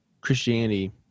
Christianity